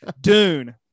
dune